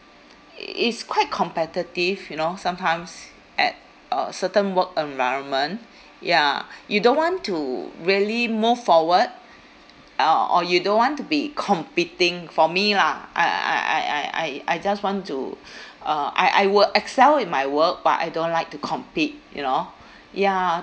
i~ is quite competitive you know sometimes at uh certain work environment ya you don't want to really move forward or or you don't want to be competing for me lah I I I I I I just want to uh I I will excel in my work but I don't like to compete you know ya